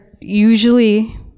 usually